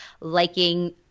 liking